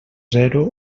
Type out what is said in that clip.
zero